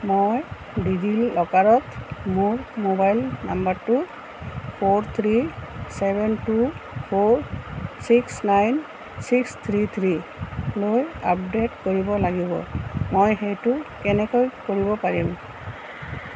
মই ডিজি লকাৰত মোৰ মোবাইল নাম্বাৰটো four three seven two four six nine six three থ্ৰিলৈ আপডেট কৰিব লাগিব মই সেইটো কেনেকৈ কৰিব পাৰিম